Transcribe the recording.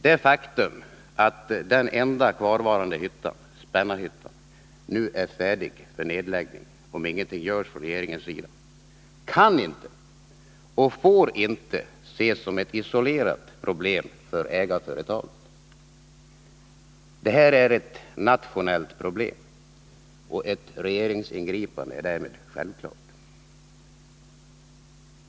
Det faktum att den enda kvarvarande hyttan, Spännarhyttan, nu är färdig för nedläggning om inget görs från regeringens sida, kan inte och får inte ses som ett isolerat problem för ägarföretaget. Det är ett nationellt problem, och ett regeringsingripande är därmed självklart.